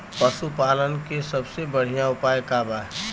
पशु पालन के सबसे बढ़ियां उपाय का बा?